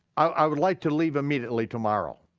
i would like to leave immediately tomorrow.